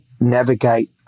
navigate